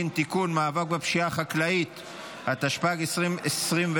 התשפ"ג 2023,